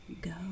go